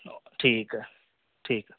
ٹھیک ہے ٹھیک